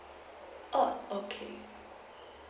oh okay